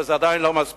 אבל זה עדיין לא מספיק.